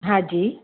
हा जी